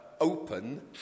open